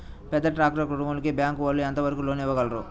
పెద్ద ట్రాక్టర్ కొనుగోలుకి బ్యాంకు వాళ్ళు ఎంత వరకు లోన్ ఇవ్వగలరు?